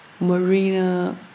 Marina